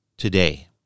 Today